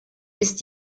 ist